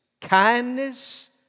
kindness